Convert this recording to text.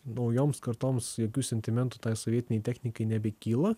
naujoms kartoms jokių sentimentų tai sovietinei technikai nebekyla